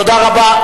תודה רבה.